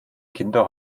kinder